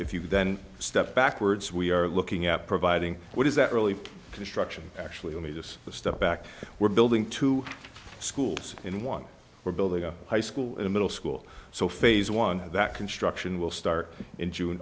if you then step backwards we are looking at providing what is that really construction actually only just a step back we're building two schools in one we're building a high school in middle school so phase one that construction will start in june